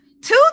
Two